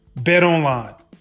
BetOnline